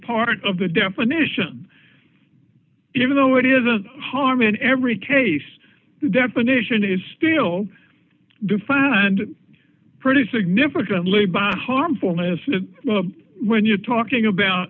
part of the definition even though it isn't harm in every case the definition is still defined pretty significantly by the harmfulness well when you're talking about